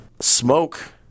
smoke